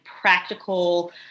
practical